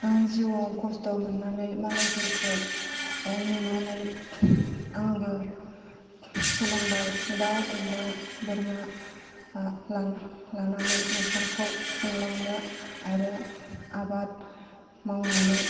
आं जिउआव खस्थ' मोननानै मालायफोरखौ नुनानै आंबो सोलोंबाय दाउ अमा बोरमा लानानै खुंलांनो आरो आबाद मावनानै